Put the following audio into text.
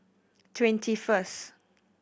twenty first